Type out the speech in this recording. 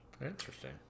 Interesting